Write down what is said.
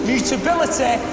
Mutability